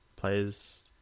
players